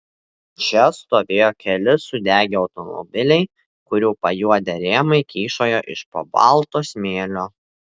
čia stovėjo keli sudegę automobiliai kurių pajuodę rėmai kyšojo iš po balto smėlio